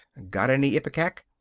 got any ipecac?